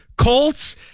Colts